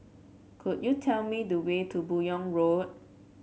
could you tell me the way to Buyong Road